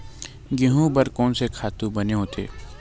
गेहूं बर कोन से खातु बने होथे?